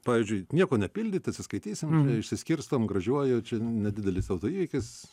pavyzdžiui nieko nepildyti atsiskaitysim čia išsiskirstom gražiuoju čia nedidelis autoįvykis